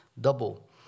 double